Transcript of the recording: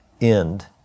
end